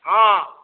हँ